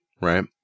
right